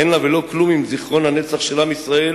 אין לה ולא כלום עם זיכרון הנצח של עם ישראל,